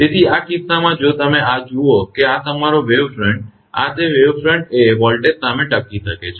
તેથી આ કિસ્સામાં જો તમે આ જુઓ કે તમારો વેવ ફ્રન્ટ આ તે વેવ ફ્રન્ટ એ વોલ્ટેજ સામે ટકી શકે છે